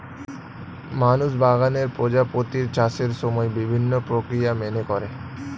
মানুষ বাগানে প্রজাপতির চাষের সময় বিভিন্ন প্রক্রিয়া মেনে করে